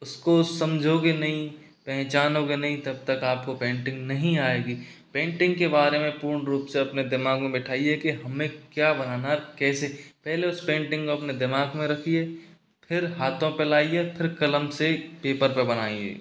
उसको समझोंगे नहीं पहचानोंगे नहीं तब तक आपको पेंटिंग नहीं आएगी पेंटिंग के बारे में पूर्ण रूप से अपने दिमाग में बिठाइए कि हमें क्या बनाना है कैसे पहले उस पेंटिंग को अपने दिमाग में रखिए फिर हाथों पर लाइए फिर कलम से पेपर पर बनाइए